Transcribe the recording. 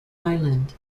island